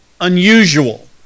unusual